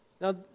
Now